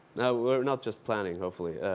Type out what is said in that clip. we're not just planning hopefully.